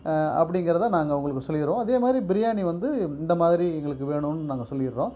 அப்படிங்கிறத நாங்கள் உங்களுக்கு சொல்லிடுறோம் அதே மாதிரி பிரியாணி வந்து இந்த மாதிரி எங்களுக்கு வேணுன்னு நாங்கள் சொல்லிடுறோம்